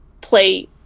play